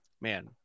man